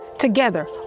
Together